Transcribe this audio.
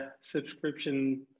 subscription